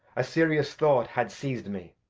a serious thought had seiz'd me,